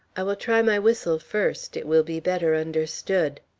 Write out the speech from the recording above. i will try my whistle first it will be better understood.